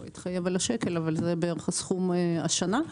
זה בערך הסכום השנה.